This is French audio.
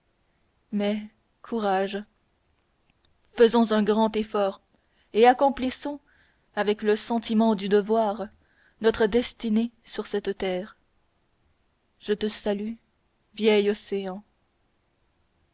mais courage faisons un grand effort et accomplissons avec le sentiment du devoir notre destinée sur cette terre je te salue vieil océan